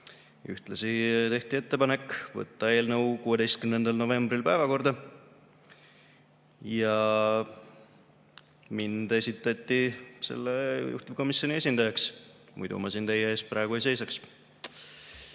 Ühtlasi tehti ettepanek võtta eelnõu 16. novembri päevakorda ja mind esitati juhtivkomisjoni esindajaks, muidu ma siin teie ees praegu ei seisaks.